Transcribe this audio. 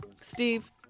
Steve